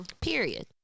Period